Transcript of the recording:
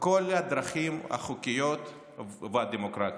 בכל הדרכים החוקיות והדמוקרטיות.